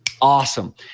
awesome